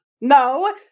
No